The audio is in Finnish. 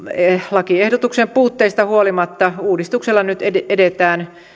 lakiehdotuksen puutteista huolimatta uudistuksella nyt edetään